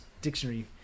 dictionary